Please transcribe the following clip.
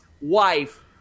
wife